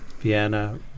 Vienna